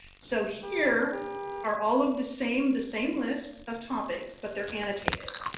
so here are all of the same the same list of topics, but they are annotated.